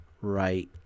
right